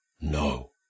No